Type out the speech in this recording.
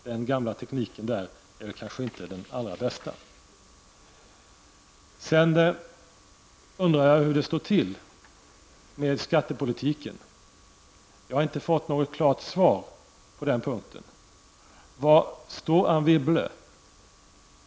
Den gamla tekniken på det området är kanske inte den allra bästa. Sedan undrar jag hur det står till med skattepolitiken -- jag har inte fått något klart besked på den punkten. Var står Anne Wibble?